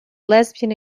lesbian